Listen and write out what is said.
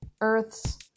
earth's